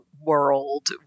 world